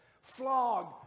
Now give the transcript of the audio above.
flogged